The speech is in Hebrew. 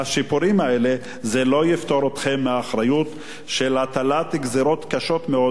זה לא יפטור אתכם מאחריות של הטלת גזירות קשות מאוד על אוכלוסייה חלשה,